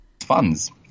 funds